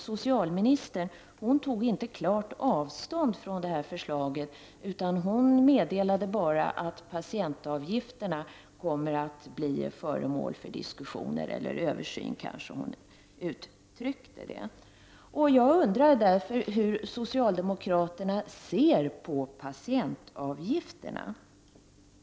Socialministern tog då inte klart avstånd från förslaget, utan hon meddelade bara att patientavgifterna kommer att bli föremål för diskussioner eller översyn. Jag undrar därför hur socialdemokraterna ser på patientavgifterna.